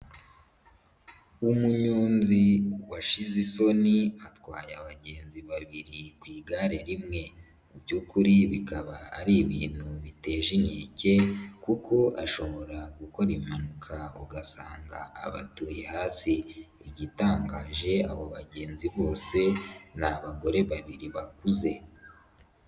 Umuyonzi washize isoni, atwaye abagenzi babiri ku igare rimwe mu by'ukuri bikaba ari ibintu biteje inkeke kuko ashobora gukora impanuka, ugasanga abatuye hasi. Igitangaje abo bagenzi bose, ni abagore babiri bakuze.